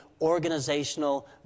organizational